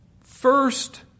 first